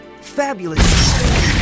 Fabulous